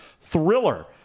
Thriller